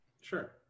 Sure